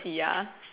ya